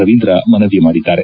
ರವೀಂದ್ರ ಮನವಿ ಮಾಡಿದ್ದಾರೆ